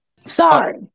Sorry